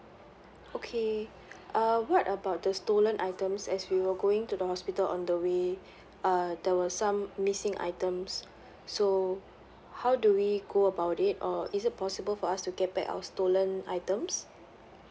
okay uh what about the stolen items as we were going to the hospital on the way uh there were some missing items so how do we go about it or is it possible for us to get back our stolen items